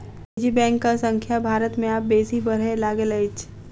निजी बैंकक संख्या भारत मे आब बेसी बढ़य लागल अछि